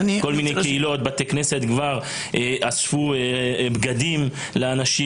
כל מיני קהילות ובתי כנסת כבר אספו בגדים לאנשים.